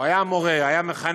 הוא היה מורה, היה מחנך,